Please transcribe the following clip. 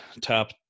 top